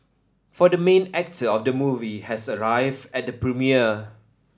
for the main actor of the movie has arrived at the premiere